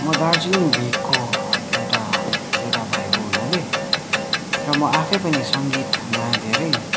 म दार्जिलिङ भेकको एउटा केटा भएको हुनाले र म आफै पनि सङ्गीतमा धेरै